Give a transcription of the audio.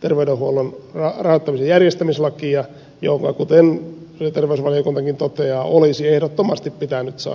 terveydenhuollon rahoittamisen järjestämislakia joka kuten sosiaali ja terveysvaliokuntakin toteaa olisi ehdottomasti pitänyt saada aikaan